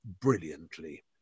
brilliantly